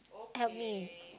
help me